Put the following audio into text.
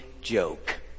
joke